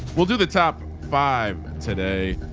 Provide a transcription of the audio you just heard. we'll do the top five today.